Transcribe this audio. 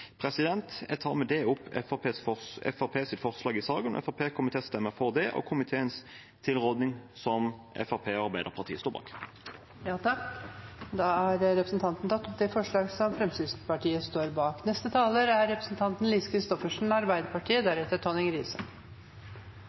Jeg tar med det opp Fremskrittspartiets forslag i saken. Fremskrittspartiet kommer til å stemme for det og for komiteens tilråding, som Fremskrittspartiet og Arbeiderpartiet står bak. Da har representanten Gisle Meininger Saudland tatt opp